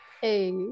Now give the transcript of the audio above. Hey